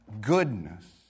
goodness